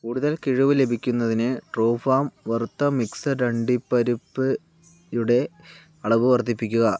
കൂടുതൽ കിഴിവ് ലഭിക്കുന്നതിന് ട്രൂഫാം വറുത്ത മിക്സഡ് അണ്ടിപരിപ്പ് യുടെ അളവ് വർദ്ധിപ്പിക്കുക